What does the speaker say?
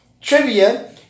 Trivia